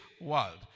world